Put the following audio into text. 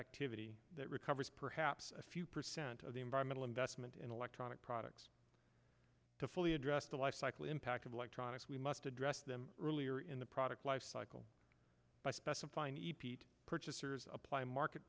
activity that recovers perhaps a few percent of the environmental investment in electronic products to fully address the lifecycle impact of electronics we must address them earlier in the product life cycle by specifying epeat purchasers apply market